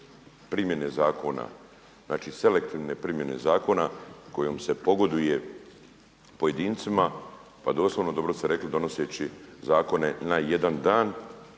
primjene zakona, znači selektivne primjene zakona kojom se pogoduje pojedincima pa doslovno, dobro ste rekli, donoseći zakone na jedan dan